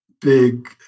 big